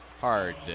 hard